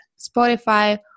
Spotify